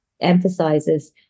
emphasizes